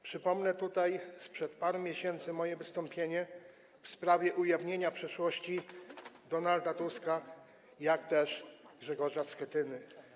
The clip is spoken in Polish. Przypomnę tutaj sprzed paru miesięcy moje wystąpienie w sprawie ujawnienia przeszłości Donalda Tuska, jak też Grzegorza Schetyny.